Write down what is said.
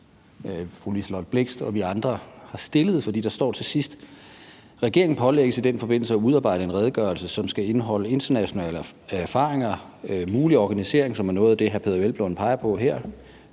fru Liselott Blixt og vi andre har fremsat. For der står til sidst: Regeringen pålægges i den forbindelse at udarbejde en redegørelse, som skal indeholde internationale erfaringer, mulig organisering – som er noget af det, hr. Peder Hvelplund peger på her